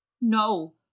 No